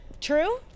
true